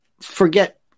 forget